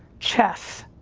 chess.